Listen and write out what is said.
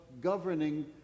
governing